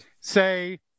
say